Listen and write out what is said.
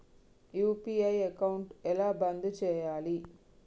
UPI account ఎలా బంద్ చేయాలి?